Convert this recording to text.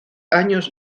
años